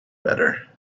better